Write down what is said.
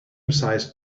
sized